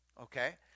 Okay